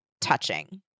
touching